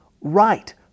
right